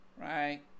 right